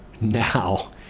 now